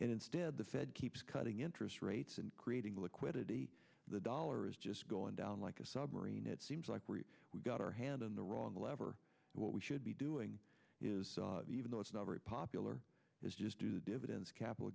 and instead the fed keeps cutting interest rates and creating liquidity the dollar is just going down like a submarine it seems like we got our hand on the wrong lever what we should be doing is even though it's not very popular is just do dividends capital